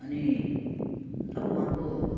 अनि अब उहाँको